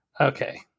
Okay